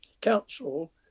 council